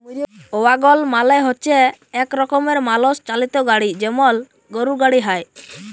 ওয়াগল মালে হচ্যে এক রকমের মালষ চালিত গাড়ি যেমল গরুর গাড়ি হ্যয়